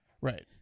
Right